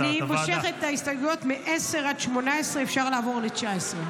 אני מושכת את ההסתייגויות מ-10 עד 18. אפשר לעבור ל-19.